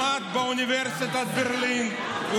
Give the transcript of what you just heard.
למד באוניברסיטת ברלין,